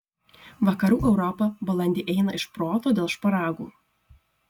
vakarų europa balandį eina iš proto dėl šparagų